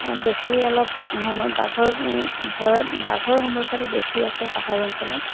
বেছি অলপ সময় বাঘৰ ভয়ত বাঘৰ সমস্যাটো বেছি আছে পাহাৰ অঞ্চলত